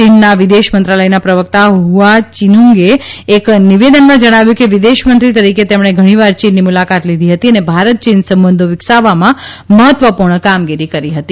ચીનના વદિશ મંત્રાલયનાપ્રવક્તાહુઆ ચૂનીગે એક નવિદનમાં જણાવ્યુંકે વદિશમંત્રીતરીકે તેમણે ઘણીવાર ચીનની મુલાકાત લીધી હતી અને ભારત ચીન સંબંધો વકિસાવવામાં મહત્વપૂર્ણમગીરી કરી હતી